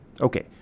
Okay